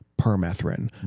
permethrin